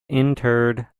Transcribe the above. interred